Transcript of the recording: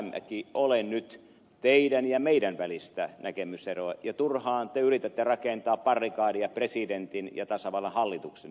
rajamäki ole nyt teidän ja meidän välillä näkemyseroa ja turhaan te yritätte rakentaa barrikadia presidentin ja tasavallan hallituksen välille